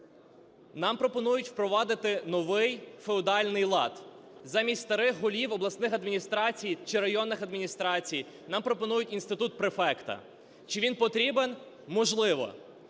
Нам пропонують впровадити новий феодальний лад. Замість старих голів обласних адміністрацій чи районних адміністрацій нам пропонують інститут префекта. Чи він потрібен? Можливо.